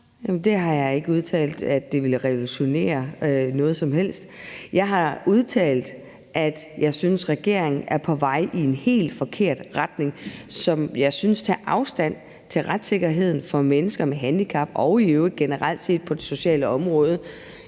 jeg har ikke udtalt, at det ville revolutionere noget som helst. Jeg har udtalt, at jeg synes, regeringen er på vej i en helt forkert retning, hvor jeg synes man lægger afstand til retssikkerheden for mennesker med handicap, og det gælder i øvrigt generelt set på det sociale område.